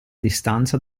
distanza